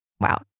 Wow